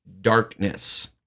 darkness